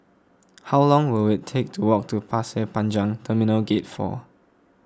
how long will it take to walk to Pasir Panjang Terminal Gate four